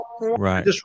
Right